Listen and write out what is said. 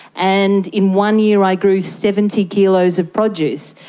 and in one year i grew seventy kilos of produce.